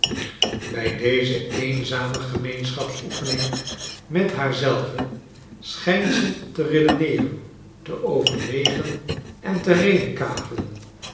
bij deze eenzame gemeenschapsoefening met haar zelve schijnt ze te redeneeren te overwegen en te redekavelen